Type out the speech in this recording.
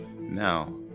Now